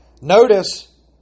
notice